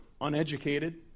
uneducated